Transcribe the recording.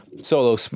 Solo